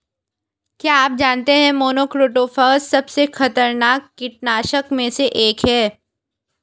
क्या आप जानते है मोनोक्रोटोफॉस सबसे खतरनाक कीटनाशक में से एक है?